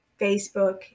Facebook